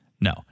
No